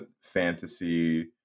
fantasy